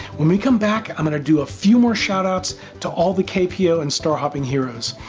when we come back i'm going to do a few more shoutouts to all the kpo and star hopping heros.